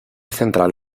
central